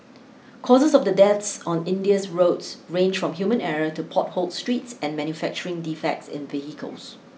causes of the deaths on India's roads range from human error to potholed streets and manufacturing defects in vehicles